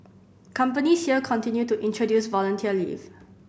companies here continue to introduce volunteer leave